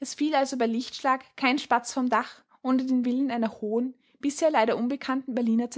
es fiel also bei lichtschlag kein spatz vom dach ohne den willen einer hohen bisher leider unbekannten berliner